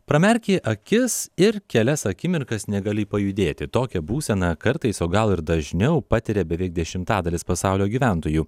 pramerki akis ir kelias akimirkas negali pajudėti tokią būsena kartais o gal ir dažniau patiria beveik dešimtadalis pasaulio gyventojų